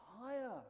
higher